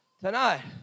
Tonight